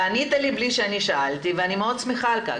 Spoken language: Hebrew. וענית לי בלי ששאלתי, ואני מאוד שמחה על כך.